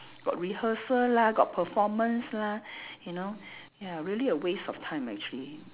got rehearsal lah got performance lah you know ya really a waste of time actually